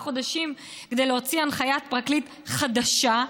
חודשים כדי להוציא הנחיית פרקליט חדשה.